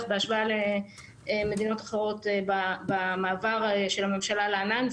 בהשוואה למדינות אחרות במעבר של הממשלה לענן.